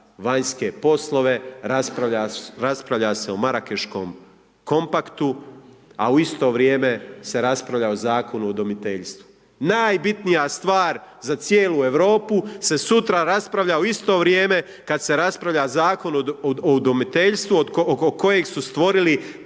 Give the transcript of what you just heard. vanjske poslove, raspravlja se o Marakeškom kompaktu, a u isto vrijeme se raspravlja o Zakonu o udomiteljstvu. Najbitnija stvar za cijelu Europu se sutra raspravlja u isto vrijeme kada se raspravlja Zakon o udomiteljstvu oko kojeg su stvorili